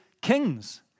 Kings